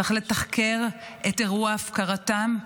צריך לתחקר את אירוע הפקרתם,